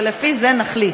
ולפי זה נחליט.